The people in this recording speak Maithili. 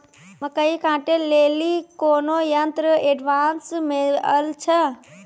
मकई कांटे ले ली कोनो यंत्र एडवांस मे अल छ?